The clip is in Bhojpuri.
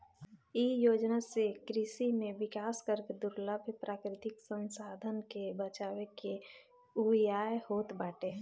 इ योजना से कृषि में विकास करके दुर्लभ प्राकृतिक संसाधन के बचावे के उयाय होत बाटे